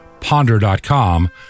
ponder.com